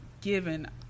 given